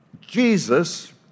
Jesus